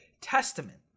Testament